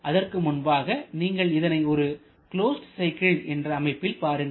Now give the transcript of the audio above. அதற்கு முன்பாக நீங்கள் இதனை ஒரு க்ளோஸ்டு சைக்கிள் என்ற அமைப்பில் பாருங்கள்